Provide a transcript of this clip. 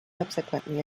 subsequently